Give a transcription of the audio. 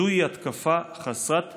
זוהי התקפה חסרת תקדים,